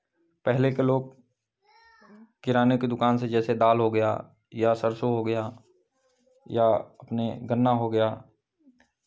पहले के लोग किराने के दुकान से जैसे दाल हो गया या सरसो हो गया या अपने गन्ना हो गया